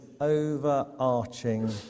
overarching